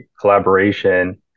collaboration